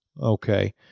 okay